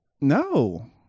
No